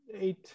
eight